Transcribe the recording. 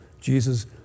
Jesus